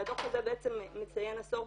והדו"ח הזה בעצם מציין עשור,